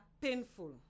painful